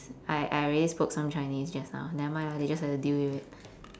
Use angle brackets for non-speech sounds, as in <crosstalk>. <noise> I I already spoke some chinese just now never mind lah they just have to deal with it